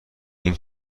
این